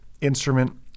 instrument